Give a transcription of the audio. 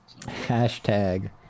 hashtag